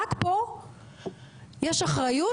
רק פה יש אחריות,